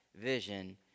vision